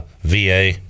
VA